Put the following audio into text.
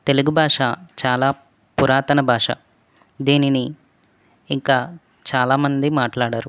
తెలుగు భాష చాలా పురాతన భాష దీనిని ఇంకా చాలా మంది మాట్లాడరు